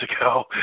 ago